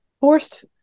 forced